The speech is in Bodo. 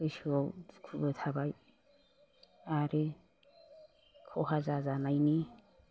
गोसोआव दुखुबो थाबाय आरो खहा जाजानायनि